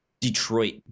detroit